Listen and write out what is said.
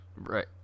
Right